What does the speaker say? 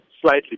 slightly